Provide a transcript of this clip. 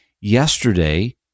yesterday